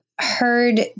heard